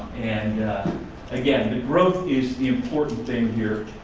and again the growth is the important thing here.